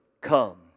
come